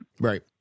Right